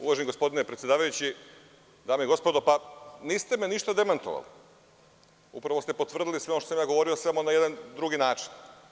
Uvaženi gospodine predsedavajući, dame i gospodo, niste me ništa demantovali, upravo ste potvrdili sve ono što sam ja govorio, samo na jedan drugi način.